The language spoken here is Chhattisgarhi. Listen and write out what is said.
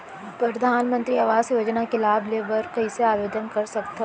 परधानमंतरी आवास योजना के लाभ ले बर कइसे आवेदन कर सकथव?